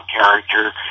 character